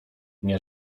nie